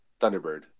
Thunderbird